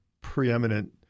preeminent